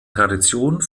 tradition